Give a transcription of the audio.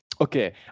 Okay